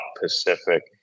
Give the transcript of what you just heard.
pacific